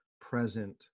present